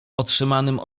otrzymanym